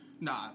nah